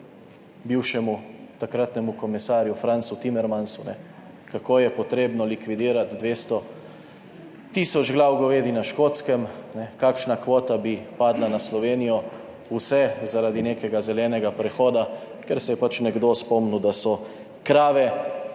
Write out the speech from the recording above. bivšemu takratnemu komisarju Francu Timmermansu, kako je potrebno likvidirati 20 tisoč glav govedi na Škotskem, Kakšna kvota bi padla na Slovenijo? Vse zaradi nekega zelenega prehoda, ker se je pač nekdo spomnil, da so krave